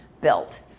built